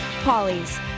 Polly's